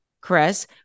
Chris